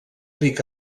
ric